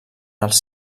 els